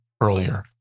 earlier